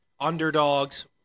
Underdogs